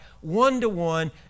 one-to-one